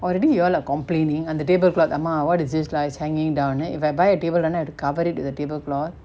already you all are complaining on the tablecloth amma what is this lights hanging down and if I buy a table runner I have to cover it with the tablecloth